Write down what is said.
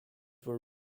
were